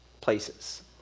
places